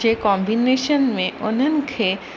जे combination में उन्हनि खे